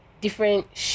different